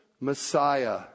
Messiah